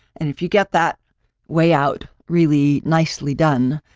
and if you get that way out really nicely done,